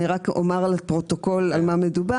אני רק אומר לפרוטוקול על מה מדובר.